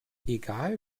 egal